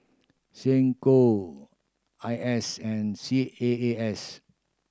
SecCom I S and C A A S